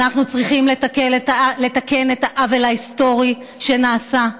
אנחנו צריכים לתקן את העוול ההיסטורי שנעשה.